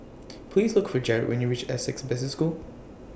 Please Look For Jared when YOU REACH Essec Business School